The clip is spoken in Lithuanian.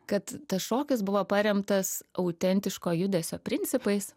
kad tas šokis buvo paremtas autentiško judesio principais